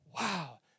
wow